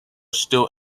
still